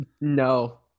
no